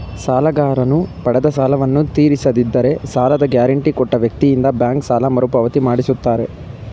ಸಾಲಗಾರನು ಪಡೆದ ಸಾಲವನ್ನು ತೀರಿಸದಿದ್ದರೆ ಸಾಲದ ಗ್ಯಾರಂಟಿ ಕೊಟ್ಟ ವ್ಯಕ್ತಿಯಿಂದ ಬ್ಯಾಂಕ್ ಸಾಲ ಮರುಪಾವತಿ ಮಾಡಿಸುತ್ತಾರೆ